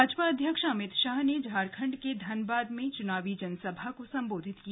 भाजपा अध्यक्ष अमित शाह ने झारखण्ड के धनबाद में चुनावी जनसभा को संबोधित किया